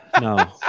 no